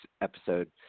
episode